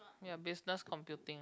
ya business computing